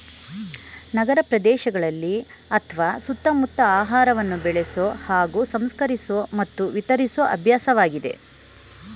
ನಗರಪ್ರದೇಶದಲ್ಲಿ ಅತ್ವ ಸುತ್ತಮುತ್ತ ಆಹಾರವನ್ನು ಬೆಳೆಸೊ ಹಾಗೂ ಸಂಸ್ಕರಿಸೊ ಮತ್ತು ವಿತರಿಸೊ ಅಭ್ಯಾಸವಾಗಿದೆ